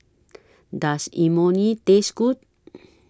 Does Imoni Taste Good